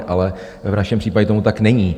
Ale v našem případě tomu tak není.